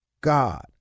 God